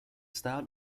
styled